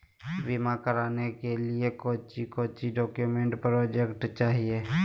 बीमा कराने के लिए कोच्चि कोच्चि डॉक्यूमेंट प्रोजेक्ट चाहिए?